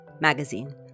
magazine